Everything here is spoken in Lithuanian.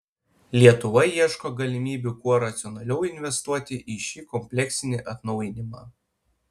lietuva ieško galimybių kuo racionaliau investuoti į šį kompleksinį atnaujinimą